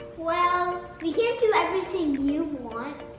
well, we can't do everything you want.